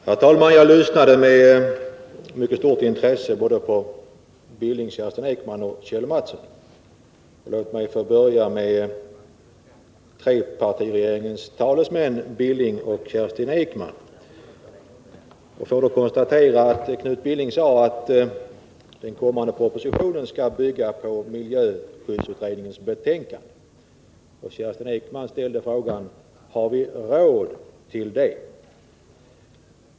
Herr talman! Jag lyssnade med mycket stort intresse till Knut Billing, Kerstin Ekman och Kjell Mattsson. Jag vill börja med att knyta an till vad trepartiregeringens talesmän Knut Billing och Kerstin Ekman anförde. Knut Billing sade att den kommande propositionen skall bygga på miljöskyddsutredningens betänkande. Kerstin Ekman frågade om vi har råd med detta.